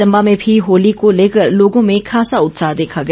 चंबा में भी होली को लेकर लोगों में खासा उत्साह देखा गया